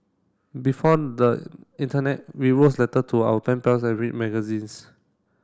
before the internet we wrote letter to our pen pals and read magazines